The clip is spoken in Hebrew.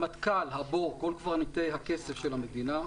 המטכ"ל, כל קברניטי הכסף של המדינה,